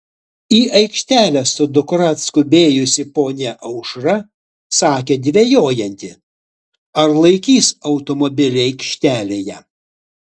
į aikštelę su dukra atskubėjusi ponia aušra sakė dvejojanti ar laikys automobilį aikštelėje